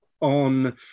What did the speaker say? on